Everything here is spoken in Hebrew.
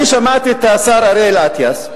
אני שמעתי את השר אריאל אטיאס,